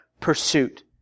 pursuit